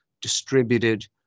distributed